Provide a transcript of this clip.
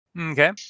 Okay